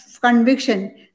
conviction